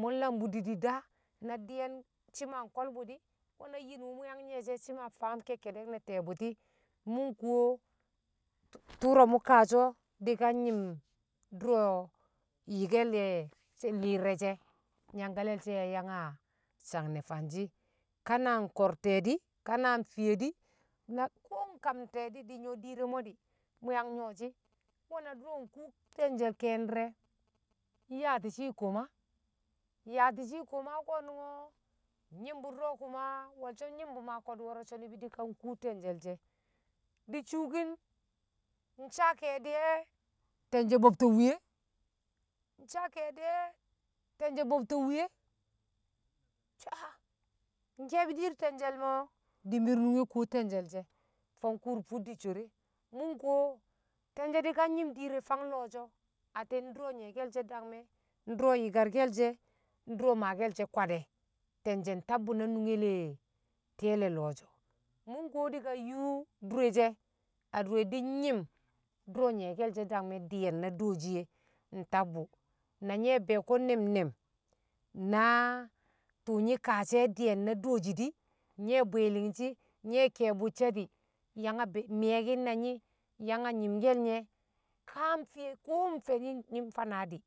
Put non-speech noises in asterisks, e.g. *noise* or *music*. mṵ nlambṵ didi daa na di̱ye̱n shima nko̱lbṵ di̱, nwe̱ na yin wṵ mṵ yang nye̱shi̱ shi̱ma faam ke̱kke̱ de̱k le̱ ti̱ye̱ bṵti̱ mṵ nkuwo tṵro̱, *noise* mṵ kaashi̱ o̱ di̱kan nyi̱m dṵro̱ yi̱ke̱le̱ lirreshe *noise* nyangka le̱l she̱ yang yang a sang ne̱ fanshi̱ ka na nko̱r te̱e̱ di̱ ka na nfiye di̱, na ko a kam te̱e̱ di nyṵwo̱ di̱i̱r re mo̱ di̱ mṵ yang nyṵwo̱shi̱ we̱ na dṵro̱ nkuu te̱njel ke̱e̱shi̱ di̱re nyaati̱shi̱ a koma yaati̱shi̱ koma ko̱nṵng o̱ nyi̱mbṵ dṵro̱ kuma wo̱lsho̱ nnyi̱mbṵ ko̱dṵ wo̱ro̱ so̱ ni̱bi̱ di̱kan kṵṵ te̱nje̱l she̱, di̱ shṵṵki̱n nsaa ke̱e̱di̱ e̱ te̱nje̱ bobto wṵye̱ nsaa ke̱e̱di̱ e̱ te̱nje̱ bobto wṵye̱ so̱ a nke̱e̱bi̱ di̱i̱r te̱nje̱l me̱ o, di̱ mir nunge kuwo te̱nje̱l she̱ fang kuur fut di̱ swere, mṵ nkuwo te̱nje̱l di̱kan myi̱m di̱i̱r re fang lo̱o̱sho̱ atti̱n ndṵro̱ nyi̱ye̱ke̱l she̱ dangme̱, ndṵrṵ yi̱karke̱l she̱ ndṵro̱ maakel she̱, kwad e̱, te̱nje̱ ntabbṵ na nunge le teye̱le lo̱sho̱, mṵ nkuwo dikan yo̱o̱ dure she a dure di̱n nyi̱m dṵno̱ nyi̱ye̱ke̱l she̱ dangme̱ di̱ye̱n na dooshi e̱ ntabbu na nyi̱ we bi̱yo̱ko̱ ne̱m- ne̱m na twṵ nyi kaashi̱ e̱ di̱ye̱n na dooshi di̱ nyi̱ we̱ bwi̱i̱li̱ngshi̱ nye̱ we̱ ki̱ye̱ bṵcce̱ di̱ yang a meki̱n na nyi̱, yang a nyi̱mkel nye ka mfiye ko mfe nyi̱ nfa naadi̱,